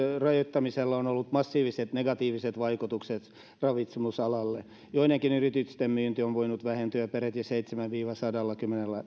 rajoittamisella on ollut massiiviset negatiiviset vaikutukset ravitsemusalalle joidenkin yritysten myynti on voinut vähentyä peräti seitsemälläkymmenellä viiva sadalla